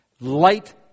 Light